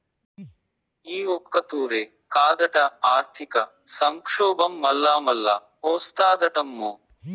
ఈ ఒక్కతూరే కాదట, ఆర్థిక సంక్షోబం మల్లామల్లా ఓస్తాదటమ్మో